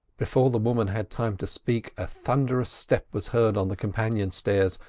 before the woman had time to speak a thunderous step was heard on the companion stairs,